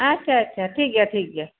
ᱟᱪᱪᱷᱟ ᱟᱪᱪᱷᱟ ᱴᱷᱤᱠ ᱜᱮᱭᱟ ᱴᱷᱤᱠ ᱜᱮᱭᱟ